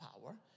power